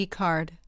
card